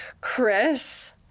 Chris